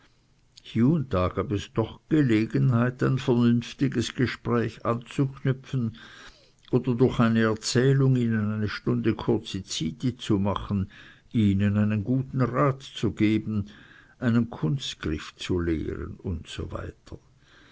es doch gelegenheit ein vernünftiges gespräch anzuknüpfen oder durch eine erzählung ihnen eine stunde churzi zyti zu machen ihnen einen guten rat zu geben einen kunstgriff zu lehren usw